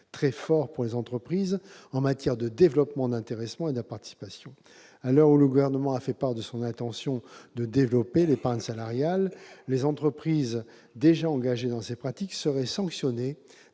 très fort pour les entreprises en matière de développement de l'intéressement et de la participation. À l'heure où le Gouvernement a fait part de son intention de développer l'épargne salariale, les entreprises déjà engagées dans ces pratiques seraient sanctionnées